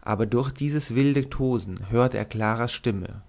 aber durch dies wilde tosen hört er claras stimme